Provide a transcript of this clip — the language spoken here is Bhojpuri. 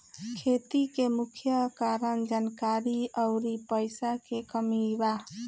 खेती के मुख्य कारन जानकारी अउरी पईसा के कमी बा